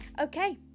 Okay